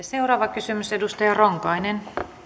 seuraava kysymys edustaja ronkainen